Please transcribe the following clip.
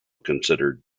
considered